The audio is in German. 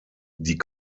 die